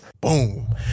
Boom